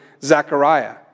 Zechariah